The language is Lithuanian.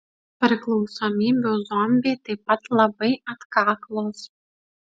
priklausomybių zombiai taip pat labai atkaklūs